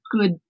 good